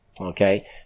Okay